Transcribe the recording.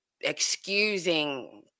excusing